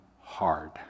hard